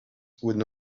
would